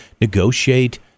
negotiate